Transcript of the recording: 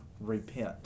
repent